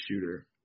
shooter